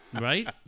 Right